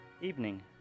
Evening